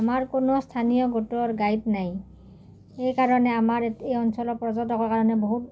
আমাৰ কোনো স্থানীয় গোটৰ গাইড নাই সেইকাৰণে আমাৰ এই অঞ্চলৰ পৰ্যটকৰ কাৰণে বহুত